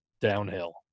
downhill